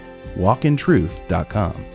walkintruth.com